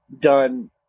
done